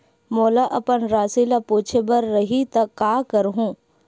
मोला अपन राशि ल पूछे बर रही त का करहूं?